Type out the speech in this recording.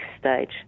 stage